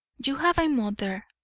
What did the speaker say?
you have a mother.